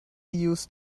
used